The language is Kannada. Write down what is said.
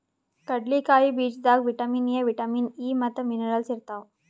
ಕಡ್ಲಿಕಾಯಿ ಬೀಜದಾಗ್ ವಿಟಮಿನ್ ಎ, ವಿಟಮಿನ್ ಇ ಮತ್ತ್ ಮಿನರಲ್ಸ್ ಇರ್ತವ್